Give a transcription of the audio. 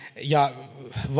ja